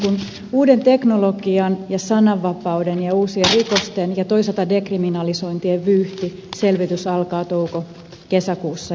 tämmöinen uuden teknologian ja sananvapauden ja uusien rikosten ja toisaalta dekriminalisointien vyyhdin selvitys alkaa toukokesäkuussa